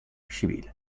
civile